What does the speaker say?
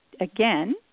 Again